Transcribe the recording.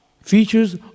features